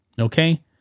Okay